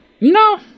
No